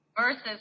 versus